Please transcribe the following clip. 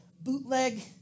bootleg